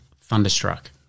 Thunderstruck